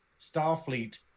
Starfleet